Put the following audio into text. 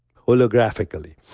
holographically.